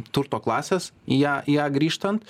turto klasės į ją į ją grįžtant